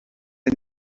est